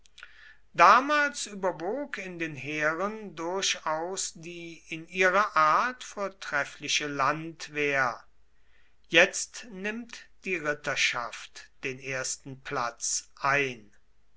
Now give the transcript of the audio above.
damals überwog in den heeren durchaus die in ihrer art vortreffliche landwehr jetzt nimmt die ritterschaft den ersten platz ein